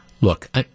Look